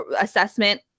assessment